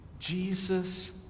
Jesus